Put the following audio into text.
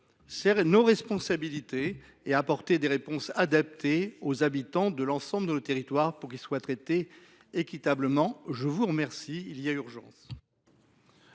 prenons nos responsabilités pour apporter des réponses adaptées aux habitants de l’ensemble de nos territoires, afin qu’ils soient traités équitablement. Il y a urgence